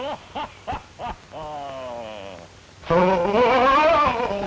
oh oh oh oh